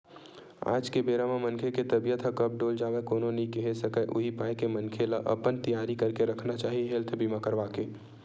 आज के बेरा म मनखे के तबीयत ह कब डोल जावय कोनो नइ केहे सकय उही पाय के मनखे ल अपन तियारी करके रखना चाही हेल्थ बीमा करवाके